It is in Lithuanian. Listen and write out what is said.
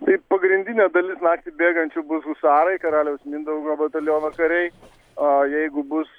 tai pagrindinė dalis naktį bėgančių bus husarai karaliaus mindaugo bataliono kariai o jeigu bus